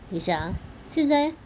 等一下 ah 现在 eh